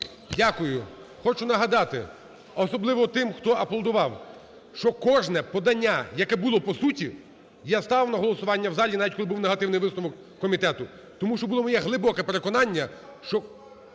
Дякую. Хочу нагадати особливо тим, хто аплодував, що кожне подання, яке було по суті, я ставив на голосування в залі, навіть коли був негативний висновок комітету, тому що було моє глибоке переконання, що